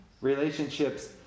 relationships